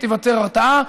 ותיווצר הרתעה.